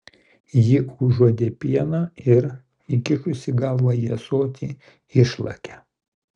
ji užuodė pieną ir įkišusi galvą į ąsotį išlakė